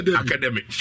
academic